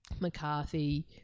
McCarthy